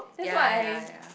ya ya ya